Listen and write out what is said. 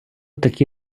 такі